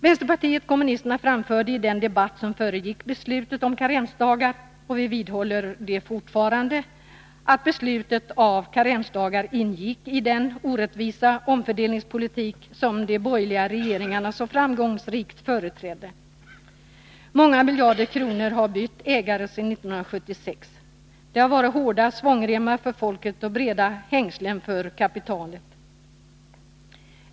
Vänsterpartiet kommunisterna framförde i den debatt som föregick beslutet om karensdagar, och vi vidhåller det fortfarande, att beslutet om karensdagar ingick i den orättvisa omfördelningspolitik som de borgerliga regeringarna så framgångsrikt företrädde. Många miljarder kronor har bytt ägare sedan 1976. Det har varit hårda svångremmar för folket och breda hängslen för kapitalet.